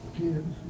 kids